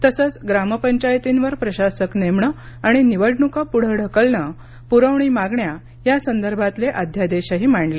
तसंच ग्रामपंचायतींवर प्रशासक नेमणं आणि निवडणुका पुढं ढकलणं पुरवणी मागण्या यासंदर्भातले अध्यादेशही मांडले